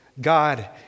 God